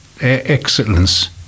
excellence